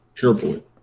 carefully